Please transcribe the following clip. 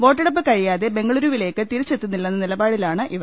വോട്ടെടുപ്പ് കഴിയാതെ ബംഗളുരുവിലേക്ക് തിരിച്ചെത്തില്ലെന്ന നില പാടിലാണ് ഇവർ